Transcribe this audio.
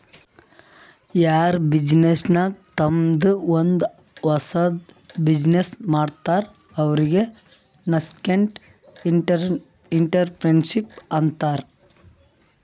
ಯಾರ್ ಬಿಸಿನ್ನೆಸ್ ನಾಗ್ ತಂಮ್ದೆ ಒಂದ್ ಹೊಸದ್ ಬಿಸಿನ್ನೆಸ್ ಮಾಡ್ತಾರ್ ಅವ್ರಿಗೆ ನಸ್ಕೆಂಟ್ಇಂಟರಪ್ರೆನರ್ಶಿಪ್ ಅಂತಾರ್